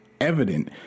evident